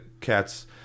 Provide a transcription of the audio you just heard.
cat's